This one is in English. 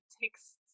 texts